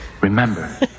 Remember